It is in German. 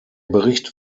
bericht